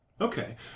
Okay